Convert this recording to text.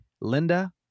Linda